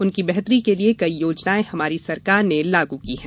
उनकी बेहतरी के लिये कई योजनाएं हमारी सरकार ने लागू की है